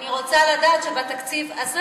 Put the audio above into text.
אני רוצה לדעת שבתקציב הזה